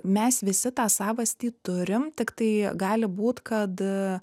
mes visi tą sąvastį turim tiktai gali būt kad